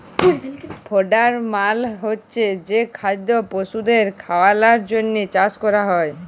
fodder মালে হচ্ছে যে খাদ্য পশুদের খাওয়ালর জন্হে চাষ ক্যরা হ্যয়